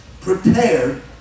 prepared